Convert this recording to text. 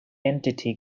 entity